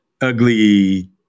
ugly